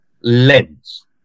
lens